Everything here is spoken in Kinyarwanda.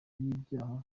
y’ibyaha